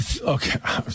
okay